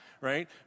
right